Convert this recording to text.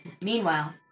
Meanwhile